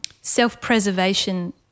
self-preservation